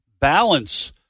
balance